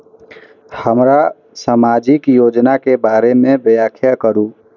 हमरा सामाजिक योजना के बारे में व्याख्या करु?